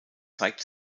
zeigt